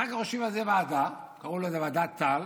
ואחר כך יושבים על זה ועדה, קראו לזה ועדת טל,